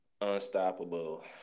unstoppable